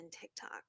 tiktok